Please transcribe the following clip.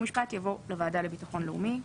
התשפ"ב-2021,